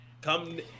come